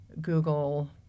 Google